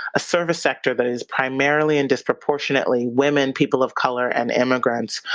a service sector that is primarily and disproportionately women, people of color and immigrants,